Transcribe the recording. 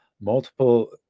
multiple